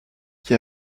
qui